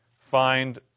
find